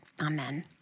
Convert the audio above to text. Amen